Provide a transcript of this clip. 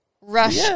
rush